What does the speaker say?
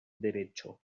derecho